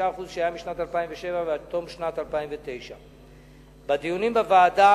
25% שהיה משנת 2007 ועד תום שנת 2009. בדיונים בוועדה